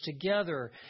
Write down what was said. together